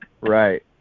Right